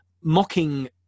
mocking